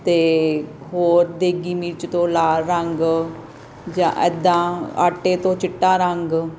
ਅਤੇ ਹੋਰ ਦੇਗੀ ਮਿਰਚ ਤੋਂ ਲਾਲ ਰੰਗ ਜਾਂ ਇੱਦਾਂ ਆਟੇ ਤੋਂ ਚਿੱਟਾ ਰੰਗ